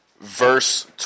verse